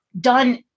done